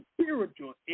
spiritual